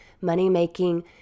money-making